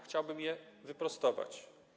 Chciałbym je sprostować.